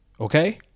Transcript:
okay